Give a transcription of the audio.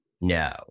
no